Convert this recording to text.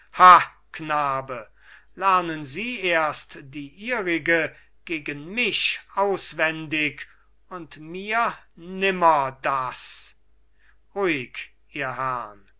knabe lernen sie erst die ihrige gegen mich auswendig und mir nimmer das ruhig ihr herrn